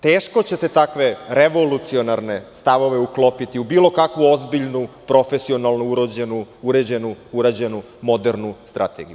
Teško ćete takve revolucionarne stavove uklopiti u bilokakvu ozbiljnu, profesionalno urađenu modernu strategiju.